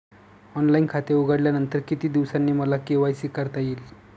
Online खाते उघडल्यानंतर किती दिवसांनी मला के.वाय.सी करता येईल?